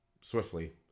swiftly